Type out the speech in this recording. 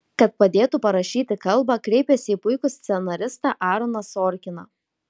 kad padėtų parašyti kalbą kreipėsi į puikų scenaristą aaroną sorkiną